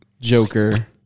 Joker